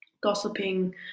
gossiping